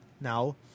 now